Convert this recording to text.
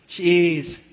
Jeez